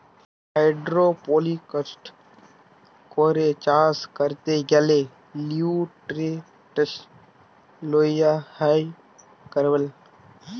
hydroponics করে চাষ ক্যরতে গ্যালে লিউট্রিয়েন্টস লেওয়া হ্যয় কার্বল